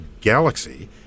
galaxy